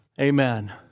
Amen